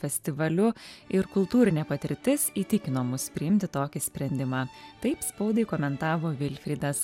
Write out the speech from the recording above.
festivaliu ir kultūrinė patirtis įtikino mus priimti tokį sprendimą taip spaudai komentavo vilfrydas